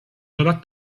nuevas